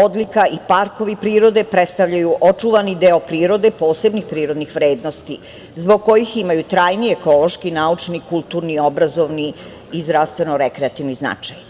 odlika i parkovi prirode predstavljaju očuvani deo prirode posebnih prirodnih vrednosti zbog kojih imaju trajni ekološki, naučni, kulturni, obrazovni i zdravstveno-rekreativni značaj.